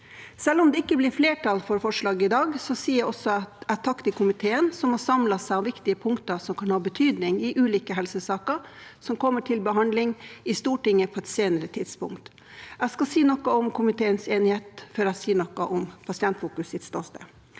Selv om det ikke blir flertall for forslaget i dag, sier jeg også takk til komiteen, som har samlet seg om viktige punkter som kan ha betydning i ulike helsesaker som kommer til behandling i Stortinget på et senere tidspunkt. Jeg skal si noe om komiteens enighet før jeg sier noe om Pasientfokus’ ståsted: